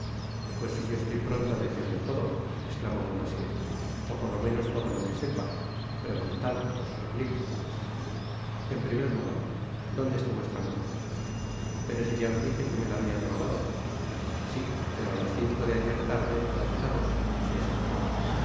pues si yo estoy pronto á decirlo todo esclainó bonacieux ó por lo menos todo lo que sepa preguntad os suplico en primer lugar donde está vuestra mujer pero si ya os dije que me la habian robado sí pero á las cinco de ayer tarde gracias á vos se escapó mi